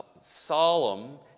solemn